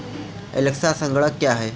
Alexa संगणक क्या है